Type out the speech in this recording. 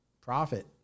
profit